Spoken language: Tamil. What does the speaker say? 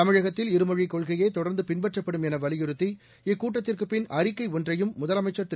தமிழகத்தில் இருமொழிக் கொள்கையே தொடர்ந்து பின்பற்றப்படும் என வலியுறுத்தி இக்கூட்டத்திற்குப் பின் அறிக்கை ஒன்றையும் முதலமைச்சர் திரு